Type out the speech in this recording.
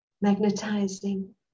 magnetizing